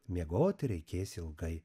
miegot reikės ilgai